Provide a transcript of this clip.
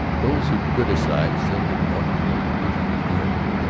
those who criticised said that norton was losing his nerve,